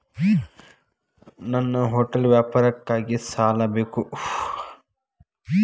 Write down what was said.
ನನ್ನ ಹೋಟೆಲ್ ವ್ಯಾಪಾರಕ್ಕಾಗಿ ಸಾಲ ಬೇಕು